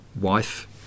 wife